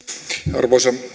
arvoisa